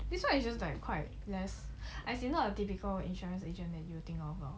this one is just like quite a as in not a typical insurance agent and you will think of lah